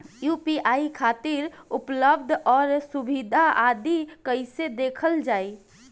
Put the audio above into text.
UPI खातिर उपलब्ध आउर सुविधा आदि कइसे देखल जाइ?